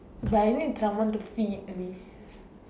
but I need someone to feed me